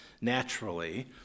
naturally